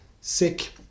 sick